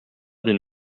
d’une